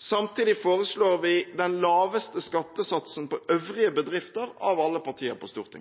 Samtidig foreslår SV – av alle partier på Stortinget – den laveste skattesatsen på øvrige bedrifter.